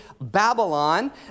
Babylon